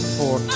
four